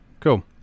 Cool